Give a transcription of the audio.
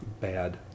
Bad